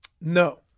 No